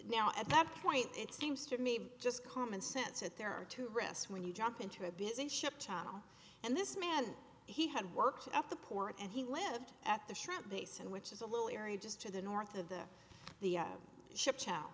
now at that point it seems to me just common sense that there are two risks when you jump into a busy ship tunnel and this man he had worked at the port and he lived at the shrimp basin which is a little area just to the north of there the ship